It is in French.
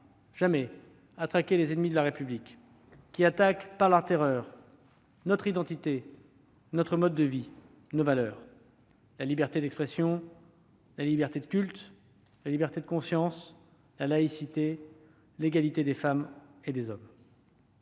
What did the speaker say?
jamais à traquer les ennemis de la République, qui attaquent par la terreur notre identité, notre mode de vie et nos valeurs : la liberté d'expression, la liberté de culte, la liberté de conscience, la laïcité, l'égalité entre les femmes et les hommes.